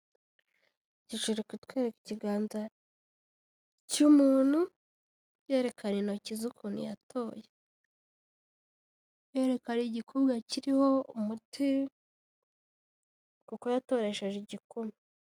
Ishusho iri kutwereka ikiganza cy'umuntu, yerekana intoki ze ukuntu yatoye, yerekana igikumwe kiriho umuti, kuko yatoresheje igikumwe.